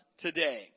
today